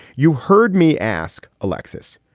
you heard me ask alexis,